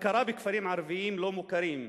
הכרה בכפרים ערבים לא-מוכרים,